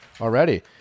Already